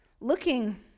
looking